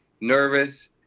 nervous